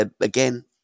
again